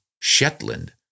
Shetland